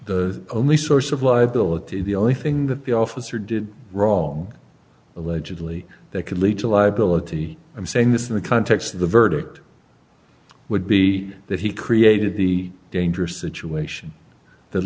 the only source of life billeted the only thing that the officer did wrong allegedly that could lead to liability i'm saying this in the context of the verdict would be that he created the dangerous situation that